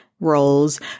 roles